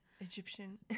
Egyptian